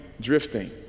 drifting